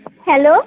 hello